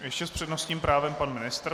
Ještě s přednostním právem pan ministr.